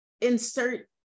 insert